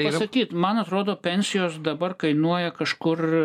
pasakyt man atrodo pensijos dabar kainuoja kažkur